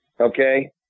Okay